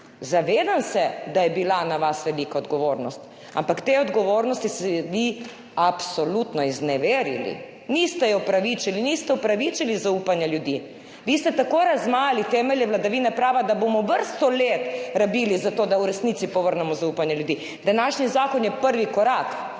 Zavedam se, da je bila na vas velika odgovornost, ampak tej odgovornosti ste se vi absolutno izneverili. Niste je upravičili, niste upravičili zaupanja ljudi. Vi ste tako razmajali temelje vladavine prava, da bomo vrsto let rabili za to, da v resnici povrnemo zaupanje ljudi. Današnji zakon je prvi korak.